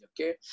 Okay